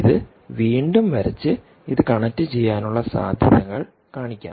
ഇത് വീണ്ടും വരച്ച് ഇത് കണക്റ്റുചെയ്യാനുള്ള സാധ്യതകൾ കാണിക്കാം